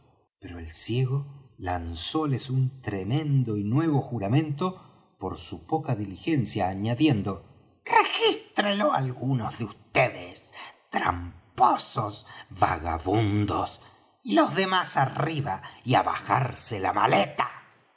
pero el ciego lanzóles un tremendo y nuevo juramento por su poca diligencia añadiendo regístrelo alguno de vds tramposos vagabundos y los demás arriba y á bajarse la maleta